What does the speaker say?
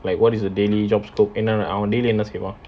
like what is the daily job scope அவன் என்ன சொல்லிருக்கான்:avan enna sollirukkaan